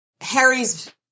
Harry's